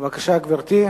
בבקשה, גברתי.